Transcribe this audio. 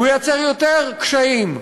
הוא ייצר יותר קשיים.